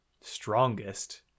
strongest